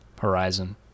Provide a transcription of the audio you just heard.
horizon